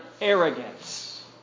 arrogance